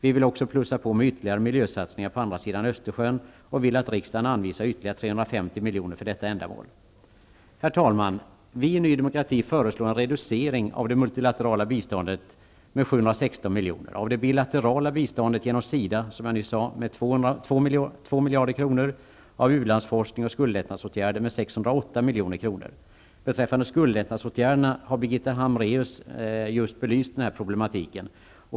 Vi vill också plussa på med ytterligare miljösatsningar på andra sidan Östersjön och vill att riksdagen anvisar ytterligare 350 milj.kr. för detta ändamål. Herr talman! Vi i Ny Demokrati föreslår en reducering av det multilaterala biståndet med Hambraeus har belyst problematiken med skuldlättnadsåtgärderna.